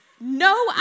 No